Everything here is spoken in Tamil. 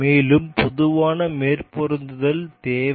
மேலும் பொதுவான மேற்பொருந்துதல் தேவை